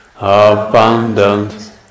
Abundant